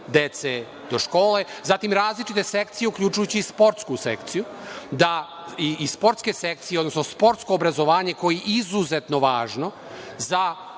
dece do škole, zatim različite sekcije uključujući i sportsku sekciju, da i sportske sekcije, odnosno sportsko obrazovanje koje je izuzetno važno za